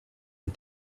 and